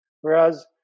Whereas